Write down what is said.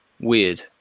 weird